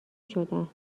شدن